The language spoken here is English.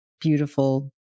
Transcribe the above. beautiful